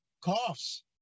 coughs